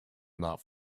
not